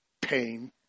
Pain